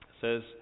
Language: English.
says